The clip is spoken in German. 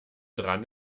dran